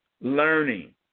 learning